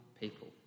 people